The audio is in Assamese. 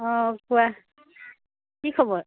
অঁ কোৱা কি খবৰ